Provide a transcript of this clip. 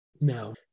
No